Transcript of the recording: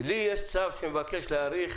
לי יש צו שמבקש להאריך